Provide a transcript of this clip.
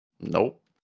nope